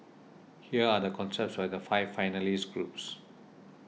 here are the concepts by the five finalist groups